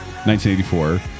1984